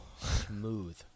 smooth